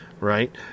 right